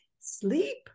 sleep